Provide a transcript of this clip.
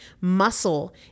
Muscle